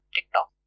TikTok